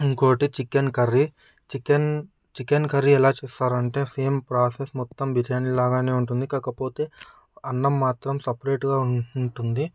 ఇంకొకటి chicken curry chicken curry ఎలా చేస్తారు అంటే సేమ్ ప్రాసెస్ మొత్తం బిర్యానీ లాగానే ఉంటుంది కాకపోతే అన్నం మాత్రం సపరేట్గా ఉంటుంది